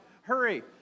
hurry